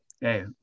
hey